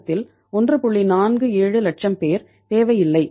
47 லட்சம் பேர் தேவையில்லை